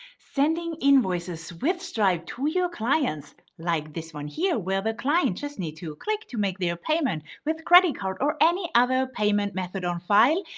sending invoices with stripe to your clients like this one here, where the client just need to click to make their payment with credit card or any other payment method on file,